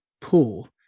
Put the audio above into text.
pool